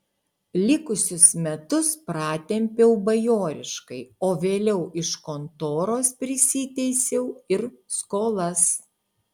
likusius metus pratempiau bajoriškai o vėliau iš kontoros prisiteisiau ir skolas